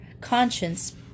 conscience